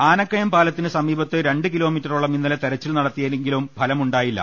ആനക്കയം പാലത്തിനു സമീപത്ത് രണ്ടു കിലോമീറ്ററോളം ഇന്നലെ തെരച്ചിൽ നടത്തിയെങ്കിലും ഫലമുണ്ടാ യില്ല